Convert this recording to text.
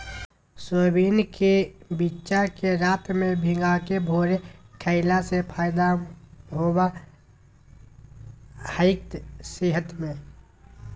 soybean के बिच्चा के रात में भिगाके भोरे खईला से फायदा होबा हइ सेहत में